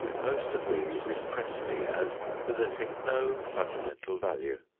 most of these impress me as possessing no fundamental value.